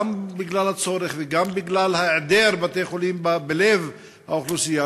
גם בגלל הצורך וגם בגלל היעדר בתי-חולים בלב האוכלוסייה,